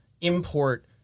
import